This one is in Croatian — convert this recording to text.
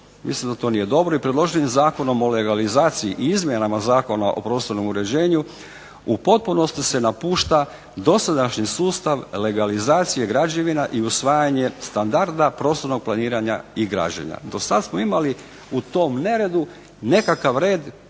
Mislim da to nije dobro i predloženim Zakonom o legalizaciji i izmjenama Zakona o prostornom uređenju u potpunosti se napušta dosadašnji sustav legalizacije građevina i usvajanje standarda prostornog planiranja i građenja. Do sad smo imali u tom neredu nekakav red,